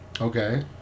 Okay